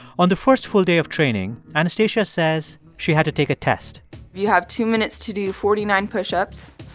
on the first full day of training, anastasia says she had to take a test you have two minutes to do forty nine pushups.